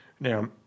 Now